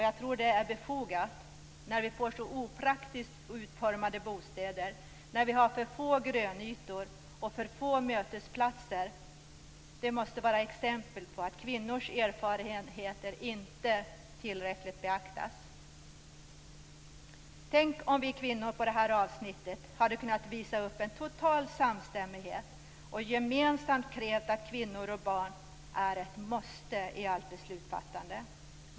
Att det byggs så opraktiskt utformade bostäder, med för få grönytor och för få mötesplatser måste vara ett uttryck för att kvinnors erfarenheter inte tillräckligt beaktas. Tänk om vi kvinnor på detta avsnitt hade kunnat visa upp en total samstämmighet och gemensamt hade krävt att kvinnor och barn skall vara ett måste i allt beslutsfattande!